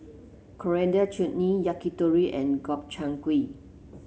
Coriander Chutney Yakitori and Gobchang Gui